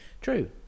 true